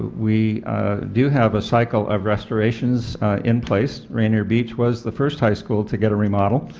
we do have a cycle of restorations in place, rainier beach was the first high school to get a remodel.